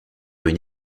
une